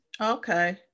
Okay